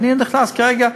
אני נכנס כרגע,